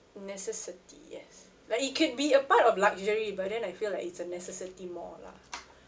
necessity yes like it could be a part of luxury but then I feel like it's a necessity more lah